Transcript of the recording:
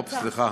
סליחה.